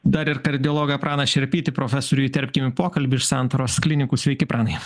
dar ir kardiologą praną šerpytį profesorių įterpkim pokalbį iš santaros klinikų sveiki pranai